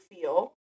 feel